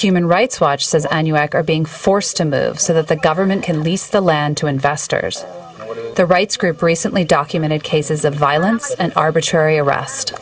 rights watch says a new act are being forced to move so that the government can lease the land to investors the rights group recently documented cases of violence and arbitrary arrest